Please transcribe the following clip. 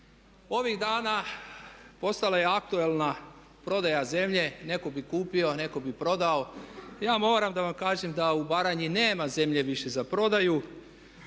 Ovih dana postala je aktualna prodaja zemlje. Netko bi kupio a netko bi prodao. Ja moram da vam kažem da u Baranji nema zemlje više za prodaju.